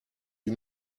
une